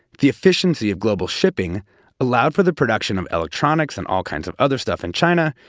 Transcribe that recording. the efficiency of global shipping allowed for the production of electronics and all kinds of other stuff in china,